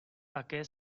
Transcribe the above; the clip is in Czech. také